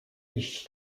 iść